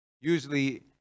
usually